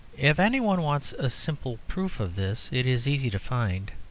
if any one wants a simple proof of this, it is easy to find.